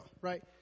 right